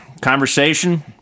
conversation